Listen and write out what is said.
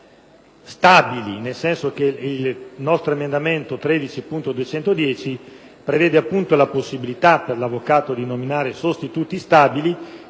stabili. In proposito, l'emendamento 13.210 prevede appunto la possibilità per l'avvocato di nominare sostituti stabili,